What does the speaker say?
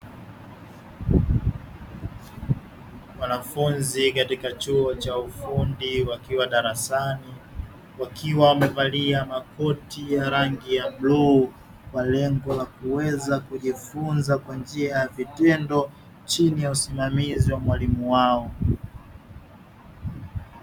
Wanafunzi katika chuo cha ufundi wakiwa darasani wakiwa wamevalia makoti ya rangi ya bluu kwa lengo la kuweza kujifunza kwa njia ya vitendo chini ya usimamizi wa mwalimu wao